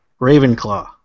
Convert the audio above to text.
Ravenclaw